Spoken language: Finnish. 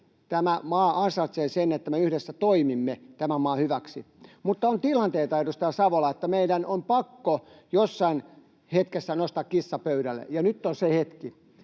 Tämä maa ansaitsee sen, että me yhdessä toimimme tämän maan hyväksi. Mutta on tilanteita, edustaja Savola, että meidän on pakko jossain hetkessä nostaa kissa pöydälle, ja nyt on se hetki.